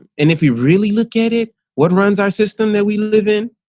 and if you really look at it, what runs our system that we live in?